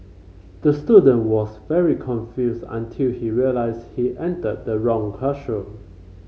the student was very confused until he realised he entered the wrong classroom